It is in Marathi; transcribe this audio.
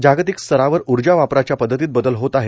जागतिक स्तरावर ऊर्जा वापराच्या पद्धतीत बदल होत आहेत